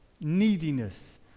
neediness